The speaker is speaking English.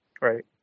Right